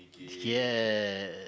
ya